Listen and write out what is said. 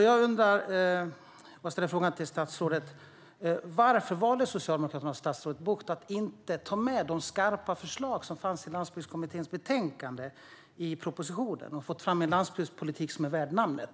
Jag vill ställa frågan till statsrådet: Varför valde Socialdemokraterna och statsrådet Bucht att inte ta med de skarpa förslag som fanns i Landsbygdskommitténs betänkande i propositionen för att få fram en landsbygdspolitik som är värd namnet?